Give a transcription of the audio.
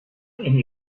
and